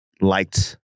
liked